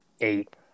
eight